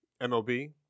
MLB